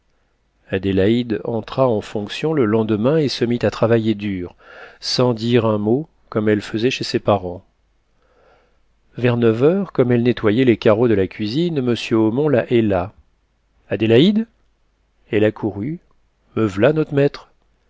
adélaïde entra en fonctions le lendemain et se mit à travailler dur sans dire un mot comme elle faisait chez ses parents vers neuf heures comme elle nettoyait les carreaux de la cuisine monsieur omont la héla adélaïde elle accourut me v'là not maître